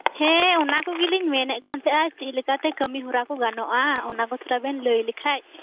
ᱦᱮᱸ ᱚᱱᱟᱠᱩᱜᱤᱞᱤᱧ ᱢᱮᱱᱮᱫ ᱠᱟᱱᱛᱟᱦᱮᱸᱫᱼᱟ ᱪᱮᱫᱞᱮᱠᱛᱮ ᱠᱟᱹᱢᱤᱦᱚᱨᱟᱠᱩ ᱜᱟᱱᱚᱜ ᱟ ᱚᱱᱟᱠᱩ ᱛᱷᱚᱲᱟᱵᱮᱱ ᱞᱟᱹᱭᱞᱮᱠᱷᱟᱡ